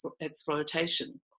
exploitation